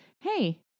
hey